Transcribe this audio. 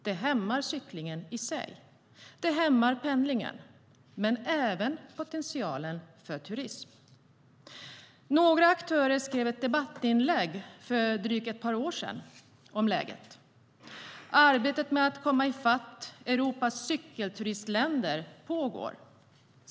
Det hämmar cyklingen i sig. Det hämmar pendlingen men även potentialen för turism. Några aktörer skrev ett debattinlägg om läget för drygt ett par år sedan. Arbetet med att komma i fatt Europas cykelturistländer pågår.